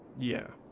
yeah